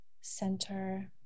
center